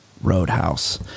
Roadhouse